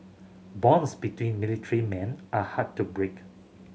bonds between military men are hard to break